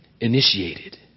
initiated